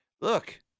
Look